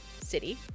city